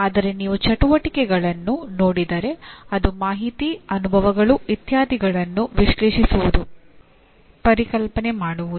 ಆದರೆ ನೀವು ಚಟುವಟಿಕೆಯನ್ನು ನೋಡಿದರೆ ಅದು ಮಾಹಿತಿ ಅನುಭವಗಳು ಇತ್ಯಾದಿಗಳನ್ನು ವಿಶ್ಲೇಷಿಸುವುದು ಪರಿಕಲ್ಪನೆ ಮಾಡುವುದು